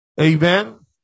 Amen